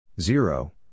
zero